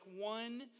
one